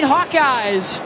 Hawkeyes